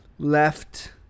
left